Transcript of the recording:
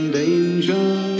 danger